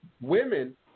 women